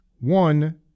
One